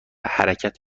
حرکت